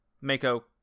Mako